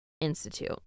institute